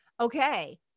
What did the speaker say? okay